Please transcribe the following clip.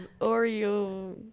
Oreo